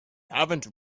haven’t